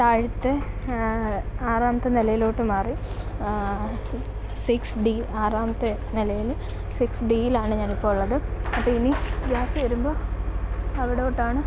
താഴത്തെ ആറാമത്തെ നിലയിലോട്ട് മാറി സിക്സ് ഡി ആറാമത്തെ നിലയിൽ സിക്സ് ഡി യിലാണ് ഞാൻ ഇപ്പോൾ ഉള്ളത് അപ്പം ഇനി ഗാസ് വരുമ്പോൾ അവിടോട്ട് ആണ്